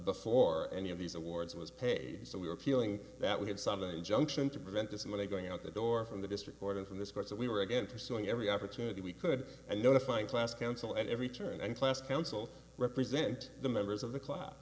before any of these awards was paid so we are appealing that we had some of the injunction to prevent this money going out the door from the district court and from this court so we were again pursuing every opportunity we could and notifying class counsel at every turn and class counsel represent the members of the class